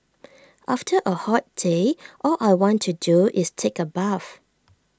after A hot day all I want to do is take A bath